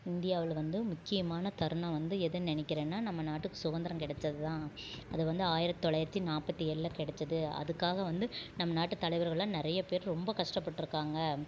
இந்தியாவில் வந்து முக்கியமான தருணம் வந்து எதை நினைக்கிறன்னா நம்ம நாட்டுக்கு சுதந்தரம் கிடச்சது தான் அதுவந்து ஆயிரத்தி தொள்ளாயிரத்தி நாற்பத்தி ஏழில் கிடச்சிது அதுக்காக வந்து நம் நாட்டு தலைவர்கள்லாம் நிறைய பேர் ரொம்ப கஷ்டப்பட்ருக்காங்க